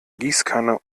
gießkanne